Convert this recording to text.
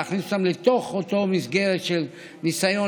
להכניס אותם לתוך אותה מסגרת של ניסיון